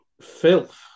Filth